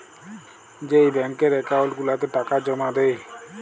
যেই ব্যাংকের একাউল্ট গুলাতে টাকা জমা দেই